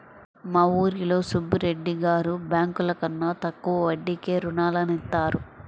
మా ఊరిలో సుబ్బిరెడ్డి గారు బ్యేంకుల కన్నా తక్కువ వడ్డీకే రుణాలనిత్తారు